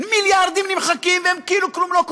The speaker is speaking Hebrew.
מיליארדים נמחקים, וכאילו כלום לא קורה.